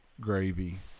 gravy